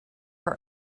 her